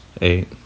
Eight